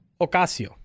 Ocasio